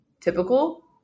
typical